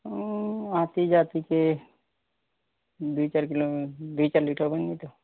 ଉଁ ଉଁ ଅତିଟା ଯା ଟିକିଏ ଦୁଇ ଚାରି କିଲୋମ ଦୁଇ ଚାରି ଲିଟର ଖଣ୍ଡେ ଲାଗିବ